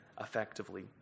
effectively